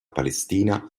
palestina